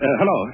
hello